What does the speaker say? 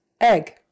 egg